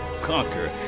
conquer